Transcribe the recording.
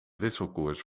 wisselkoers